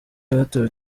abatowe